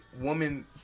woman